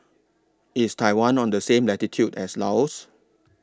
IS Taiwan on The same latitude as Laos